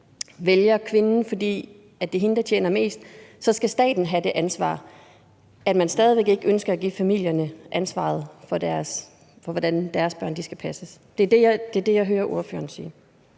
vælger kvinden, fordi det er hende, der tjener mindst, skal staten have det ansvar – at man stadig væk ikke ønsker at give familierne ansvaret for, hvordan deres børn skal passes. Det er det, jeg hører ordføreren sige: